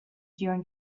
during